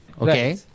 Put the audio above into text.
okay